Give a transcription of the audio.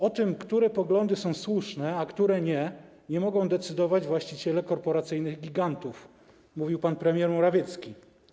O tym, które poglądy są słuszne, a które nie, nie mogą decydować właściciele korporacyjnych gigantów - mówił pan premier Morawiecki.